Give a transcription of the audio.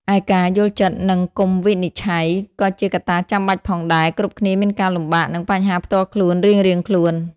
ឯការ យល់ចិត្ត និងកុំវិនិច្ឆ័យ ក៏ជាកត្តាចាំបាច់ផងដែរ គ្រប់គ្នាមានការលំបាក និងបញ្ហាផ្ទាល់ខ្លួនរៀងៗខ្លួន។